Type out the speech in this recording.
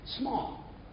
Small